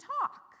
talk